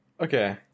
okay